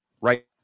right